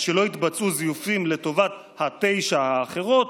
שלא יתבצעו זיופים לטובת התשע האחרות,